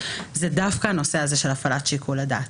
זה דווקא הנושא הזה של הפעלת שיקול הדעת.